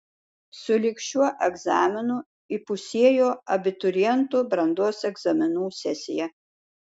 su lig šiuo egzaminu įpusėjo abiturientų brandos egzaminų sesija